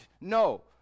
No